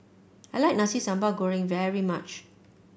I like Nasi Sambal Goreng very much